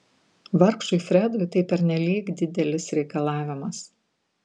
vargšui fredui tai pernelyg didelis reikalavimas